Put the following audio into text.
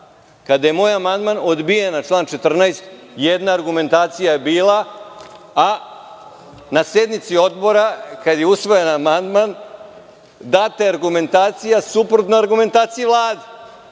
Kada je moj amandman na član 14. odbijen, jedna argumentacija je bila, a na sednici Odbora, kada je usvojen amandman, data je argumentacija suprotna argumentaciji Vlade.